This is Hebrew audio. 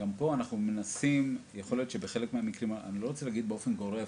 אני לא רוצה להגיד באופן גורף